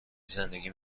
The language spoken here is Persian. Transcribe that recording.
زندگی